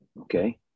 okay